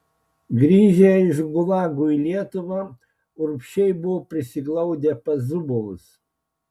grįžę iš gulagų į lietuvą urbšiai buvo prisiglaudę pas zubovus